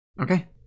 Okay